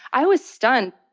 i was stunned.